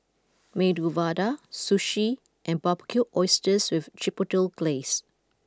Medu Vada Sushi and Barbecued Oysters with Chipotle Glaze